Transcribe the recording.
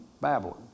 Babylon